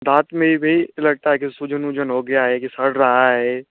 दाँत में वही लगता है कि सूजन उजन हो गया है कि सड़ रहा है